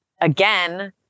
again